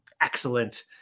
excellent